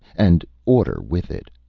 and order with it.